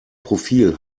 profil